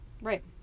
Right